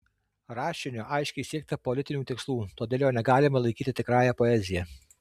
rašiniu aiškiai siekta politinių tikslų todėl jo negalima laikyti tikrąja poezija